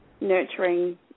nurturing